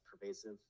pervasive